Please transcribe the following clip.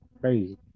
crazy